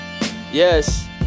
yes